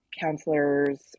counselors